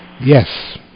Yes